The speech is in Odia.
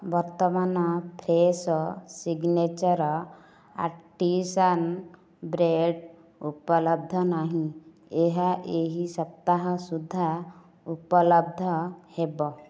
ବର୍ତ୍ତମାନ ଫ୍ରେଶୋ ସିଗ୍ନେଚର ଆର୍ଟିସାନ୍ ବ୍ରେଡ଼୍ ଉପଲବ୍ଧ ନାହିଁ ଏହା ଏହି ସପ୍ତାହ ସୁଦ୍ଧା ଉପଲବ୍ଧ ହେବ